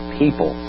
people